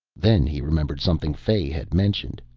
then he remembered something fay had mentioned.